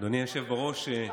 אדוני היושב-ראש,